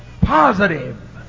positive